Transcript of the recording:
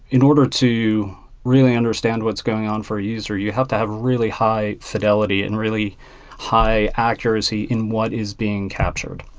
in order to really understand what's going on for a user, you have to have a really high fidelity and really high accuracy in what is being captured.